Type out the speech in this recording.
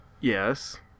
Yes